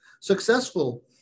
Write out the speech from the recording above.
successful